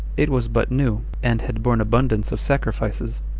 it was but new, and had borne abundance of sacrifices,